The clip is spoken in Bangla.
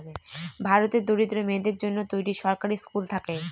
ভারতের দরিদ্র মেয়েদের জন্য তৈরী সরকারি স্কুল থাকে